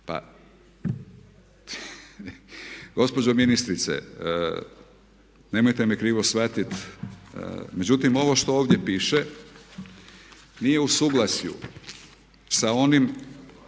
Pa gospođo ministrice nemojte me krivo shvatiti međutim ovo što ovdje piše nije u suglasju sa onim